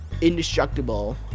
indestructible